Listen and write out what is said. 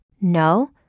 No